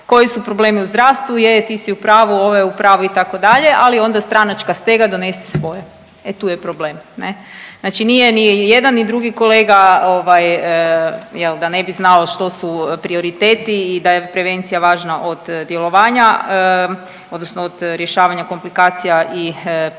koji su problemi u zdravstvu je, je ti su u pravu, ovaj je u pravu itd., ali onda stranačka stega donese svoje e tu je problem. Znači nije ni jedan ni drugi kolega jel da ne bi znao što su prioriteti i da je prevencija važna od djelovanja odnosno od rješavanja komplikacija i posljedica